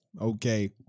Okay